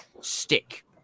stick